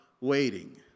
waiting